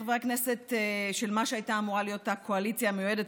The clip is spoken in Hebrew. חברי הכנסת של מה שהייתה אמורה להיות הקואליציה המיועדת,